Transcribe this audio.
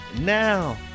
now